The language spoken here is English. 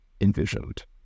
envisioned